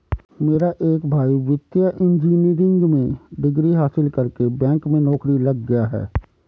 मेरा एक भाई वित्तीय इंजीनियरिंग की डिग्री हासिल करके बैंक में नौकरी लग गया है